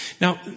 Now